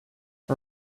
her